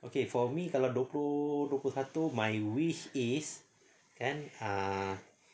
okay for me kalau dua puluh dua puluh satu my wish is kan ah